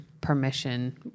permission